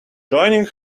joining